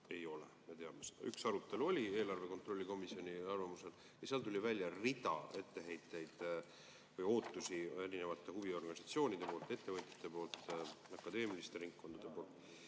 ei ole. Me teame seda. Üks arutelu oli eelarve kontrolli erikomisjonis ja seal tuli välja rida etteheiteid või ootusi erinevate huviorganisatsioonide poolt, ettevõtjate poolt, akadeemiliste ringkondade poolt